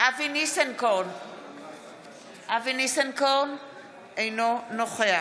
אבי ניסנקורן, אינו נוכח